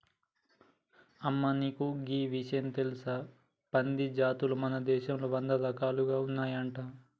అమ్మ నీకు గీ ఇషయం తెలుసా పంది జాతులు మన దేశంలో వంద రకాలు ఉన్నాయంట